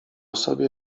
sobie